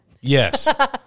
yes